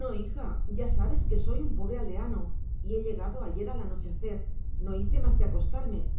no hija ya sabes que soy un pobre aldeano y he llegado ayer al anochecer no hice más que acostarme